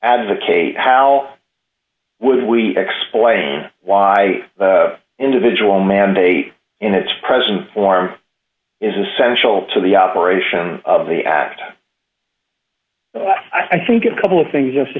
advocate how would we explain why the individual mandate in its present form is essential to the operation of the act i think a couple of things